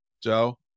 Joe